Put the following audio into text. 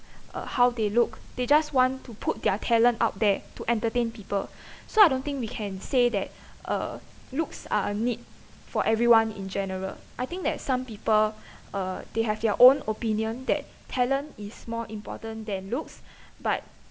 uh how they look they just want to put their talent out there to entertain people so I don't think we can say that uh looks are a need for everyone in general I think that some people uh they have their own opinion that talent is more important than looks but